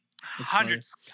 Hundreds